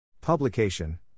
Publication